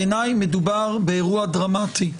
בעיניי מדובר באירוע דרמטי.